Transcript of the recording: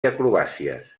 acrobàcies